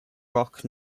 rock